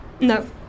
No